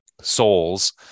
souls